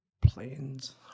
Planes